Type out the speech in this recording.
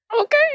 Okay